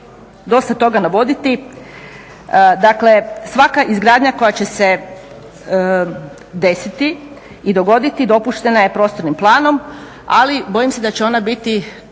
dosta toga navoditi, dakle svaka izgradnja koja će se desiti i dogoditi dopuštena je prostornim planom, ali bojim se da će ona biti